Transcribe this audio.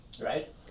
Right